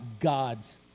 God's